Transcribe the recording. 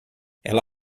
ela